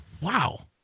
wow